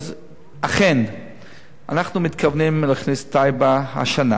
אכן אנחנו מתכוונים להכניס את טייבה השנה